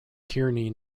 kearney